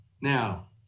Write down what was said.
now